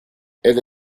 elle